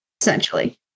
essentially